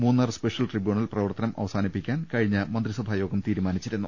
Munnar special tribunal പ്രവർത്തനം അവസാനിപ്പിക്കാൻ കഴിഞ്ഞ മന്ത്രി സഭാ യോഗം തീരുമാനിച്ചിരുന്നു